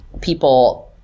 people